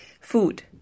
Food